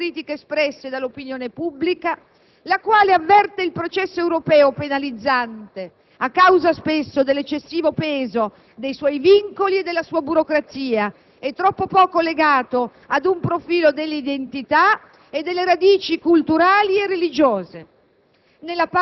solo apportando delle modifiche che tengano conto delle critiche espresse dall'opinione pubblica, la quale avverte il processo europeo penalizzante a causa, spesso, dell'eccessivo peso dei suoi vincoli e della sua burocrazia e troppo poco legato ad un profilo dell'identità